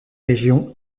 région